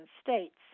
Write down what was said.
states